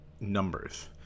numbers